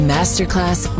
Masterclass